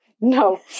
no